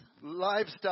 Livestock